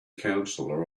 counselor